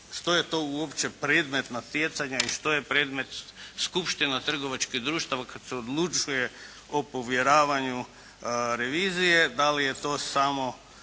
što je to uopće predmet natjecanja i što je predmet skupština trgovačkih društava kada se odlučuje o povjeravanju revizije? Da li je to samo